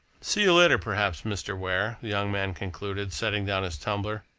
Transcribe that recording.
see you later, perhaps, mr. ware, the young man concluded, setting down his tumbler.